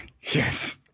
Yes